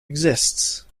exists